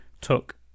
took